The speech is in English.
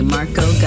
Marco